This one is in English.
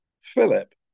Philip